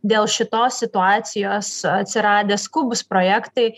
dėl šitos situacijos atsiradę skubūs projektai